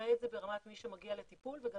יראה את זה ברמת מי שמגיע לטיפול וגם